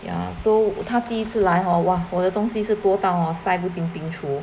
ya so 他第一次来 hor !wah! 我的东西是多到 hor 塞不进冰厨